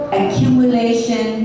accumulation